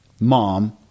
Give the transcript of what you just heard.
mom